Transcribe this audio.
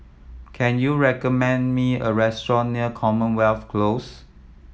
can you recommend me a restaurant near Commonwealth Close